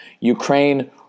Ukraine